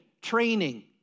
training